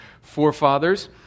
forefathers